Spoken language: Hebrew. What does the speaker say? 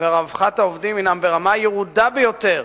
ורווחת העובדים הינם ברמה ירודה ביותר,